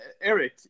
Eric